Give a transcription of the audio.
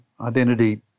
identity